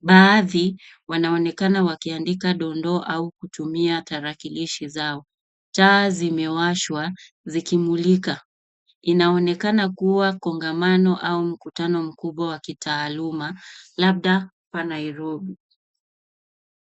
Baadhi wanaonekana wakiandika dondoo au kutumia tarakilishi zao. Taa zimewashwa zikimulika. Inaonekana kuwa kongamano au mkutano mkubwa wa kitaaluma labda hapa Nairobi.